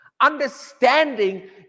Understanding